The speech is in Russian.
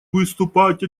выступать